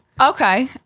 Okay